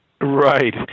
Right